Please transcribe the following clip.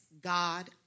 God